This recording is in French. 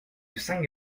cinq